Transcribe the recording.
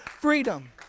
freedom